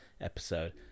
episode